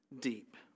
deep